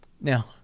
Now